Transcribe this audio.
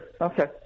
okay